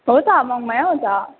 हो त मङमाया हो त